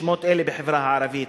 הם נפוצים בשמות אלה בחברה הערבית,